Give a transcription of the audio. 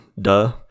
Duh